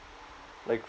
like